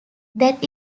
that